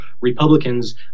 Republicans